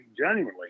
genuinely